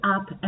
up